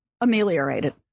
ameliorated